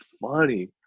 funny